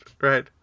right